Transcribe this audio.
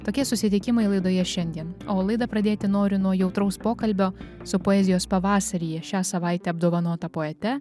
tokie susitikimai laidoje šiandien o laidą pradėti noriu nuo jautraus pokalbio su poezijos pavasaryje šią savaitę apdovanota poete